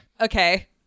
Okay